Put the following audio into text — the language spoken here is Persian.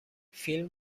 فیلم